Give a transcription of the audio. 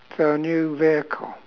it's a new vehicle